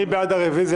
מי בעד הרביזיה?